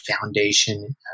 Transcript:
foundation